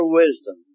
wisdom